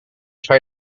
try